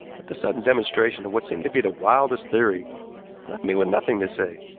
but the sudden demonstration of what seemed to be the wildest theory left me with nothing to say.